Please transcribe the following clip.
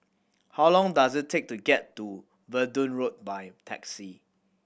how long does it take to get to Verdun Road by taxi